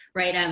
right. um